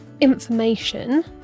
information